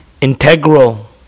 integral